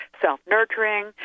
self-nurturing